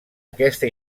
aquesta